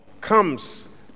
comes